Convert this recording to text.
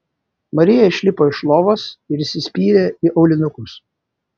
marija išlipo iš lovos ir įsispyrė į aulinukus